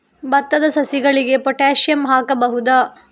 ಭತ್ತದ ಸಸಿಗಳಿಗೆ ಪೊಟ್ಯಾಸಿಯಂ ಹಾಕಬಹುದಾ?